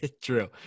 True